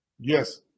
yes